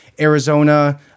Arizona